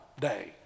day